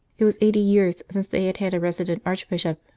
it was eighty years since they had had a resident archbishop,